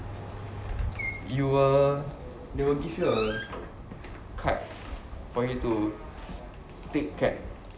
you'll they'll give you a card for you to take cab